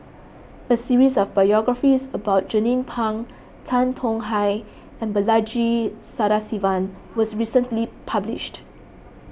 a series of biographies about Jernnine Pang Tan Tong Hye and Balaji Sadasivan was recently published